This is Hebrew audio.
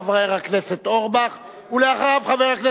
חבר הכנסת אורבך, בבקשה.